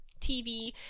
tv